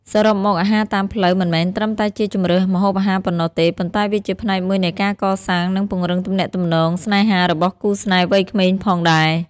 សរុបមក អាហារតាមផ្លូវមិនមែនត្រឹមតែជាជម្រើសម្ហូបអាហារប៉ុណ្ណោះទេ ប៉ុន្តែវាជាផ្នែកមួយនៃការកសាង និងពង្រឹងទំនាក់ទំនងស្នេហារបស់គូស្នេហ៍វ័យក្មេងផងដែរ។